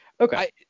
Okay